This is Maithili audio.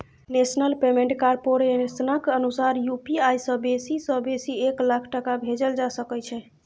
नेशनल पेमेन्ट कारपोरेशनक अनुसार यु.पी.आइ सँ बेसी सँ बेसी एक लाख टका भेजल जा सकै छै